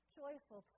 joyful